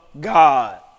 God